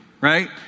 right